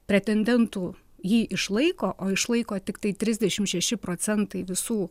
pretendentų jį išlaiko o išlaiko tiktai trisdešim šeši procentai visų